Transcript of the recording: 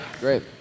great